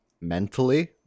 mentally